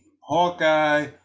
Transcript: Hawkeye